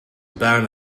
band